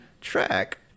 track